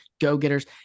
go-getters